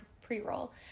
pre-roll